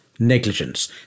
negligence